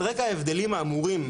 על רקע ההבדלים האמורים,